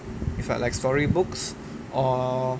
if uh like story books or